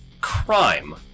crime